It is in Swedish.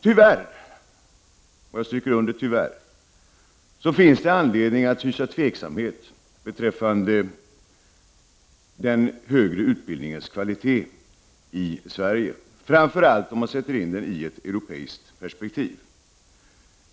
Tyvärr — jag stryker under tyvärr — finns det anledning att hysa tvivel beträffande den högre utbildningens kvalitet i Sverige, framför allt om man sätter in den i ett europeiskt perspektiv.